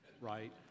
right